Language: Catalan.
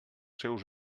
seus